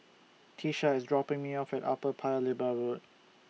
Tiesha IS dropping Me off At Upper Paya Lebar Road